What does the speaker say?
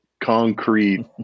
concrete